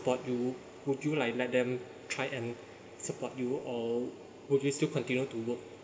support you would you like let them try and support you or would you still continue to work